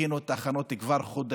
עשו את ההכנות כבר חודשים,